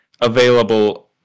available